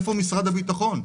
איפה משרד הביטחון?